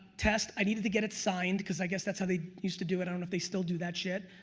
test, i needed to get it signed, because i guess that's how they used to do it i don't know if they still do that shit.